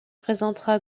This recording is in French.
présentera